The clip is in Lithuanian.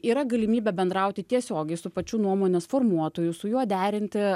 yra galimybė bendrauti tiesiogiai su pačiu nuomonės formuotoju su juo derinti